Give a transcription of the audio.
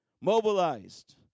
mobilized